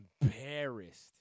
embarrassed